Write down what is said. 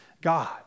God